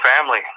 family